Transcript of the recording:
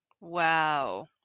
Wow